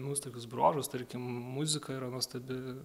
nuostabius bruožus tarkim muzika yra nuostabi